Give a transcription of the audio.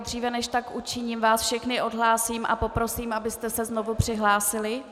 Dříve než tak učiním, všechny vás odhlásím a poprosím, abyste se znovu přihlásili.